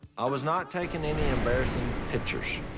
i was not taking any embarrassing pictures.